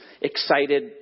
excited